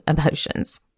emotions